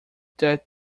that